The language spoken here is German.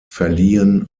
verliehen